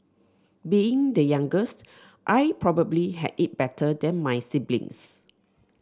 being the youngest I probably had it better than my siblings